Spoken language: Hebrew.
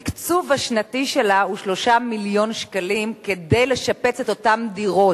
התקצוב השנתי שלה הוא 3 מיליון שקלים כדי לשפץ את אותן דירות,